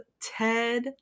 Ted